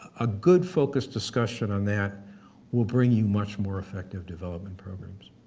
a good focused discussion on that will bring you much more effective development programs.